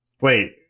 Wait